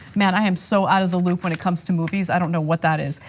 man, i am so out of the loop when it comes to movies, i don't know what that is.